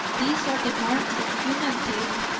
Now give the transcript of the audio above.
these are the marks of human teeth,